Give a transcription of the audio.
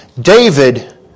David